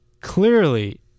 Clearly